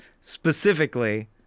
specifically